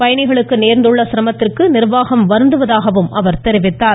பயணிகளுக்கு நேர்ந்துள்ள சிரமத்திற்கு நிர்வாகம் வருந்துவதாகவும் அவர் தெரிவித்தார்